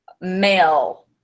male